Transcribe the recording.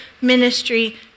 ministry